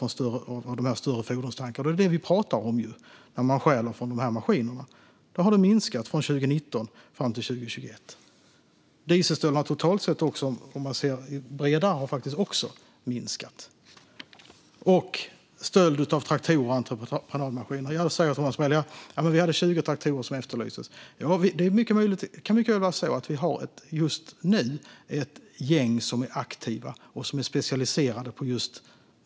Från 2019 till 2021 minskade stölderna från dessa maskiner. Om man ser på det lite bredare har dieselstölderna totalt sett också minskat. Thomas Morell talar också om stöld av traktorer och entreprenadmaskiner och att 20 traktorer har efterlysts. Det kan mycket väl vara så att det just nu finns ett aktivt gäng som är specialiserat på detta.